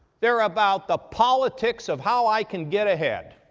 they're about the politics of how i can get ahead.